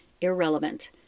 irrelevant